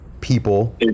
people